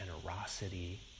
generosity